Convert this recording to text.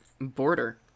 border